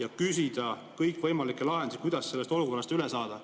ja küsima kõikvõimalikke lahendusi, kuidas sellest olukorrast üle saada.